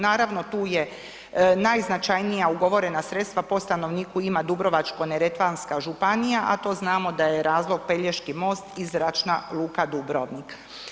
Naravno, tu je najznačajnija ugovorena sredstva po stanovniku ima Dubrovačko-neretvanska županija, a to znamo da je razlog Pelješki most i Zračna luka Dubrovnik.